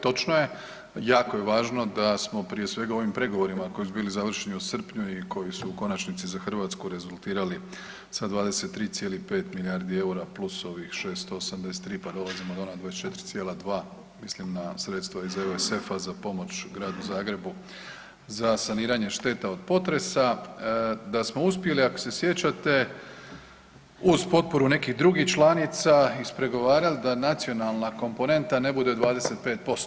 Točno je, jako je važno da smo prije svega u ovim pregovorima koji su bili završeni u srpnju i koji su u konačnici za Hrvatsku rezultirali sa 23,5 milijardi eura plus ovih 683 pa dolazimo do ona 24,2 mislim na sredstva iz EuSef-a za pomoć Gradu Zagrebu za saniranje šteta od potresa, da smo uspjeli ako se sjećate uz potporu nekih drugih članica ispregovarat da nacionalna komponenta ne bude 25%